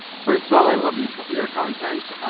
first of all, i love your your content.